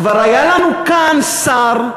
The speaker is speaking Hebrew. כבר היה לנו כאן שר,